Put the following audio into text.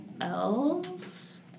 else